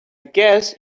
guess